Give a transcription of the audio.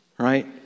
right